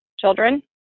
children